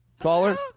Caller